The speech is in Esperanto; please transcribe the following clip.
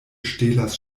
ŝtelas